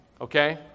okay